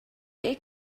air